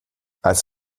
als